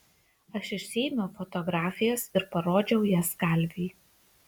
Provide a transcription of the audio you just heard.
aš išsiėmiau fotografijas ir parodžiau jas kalviui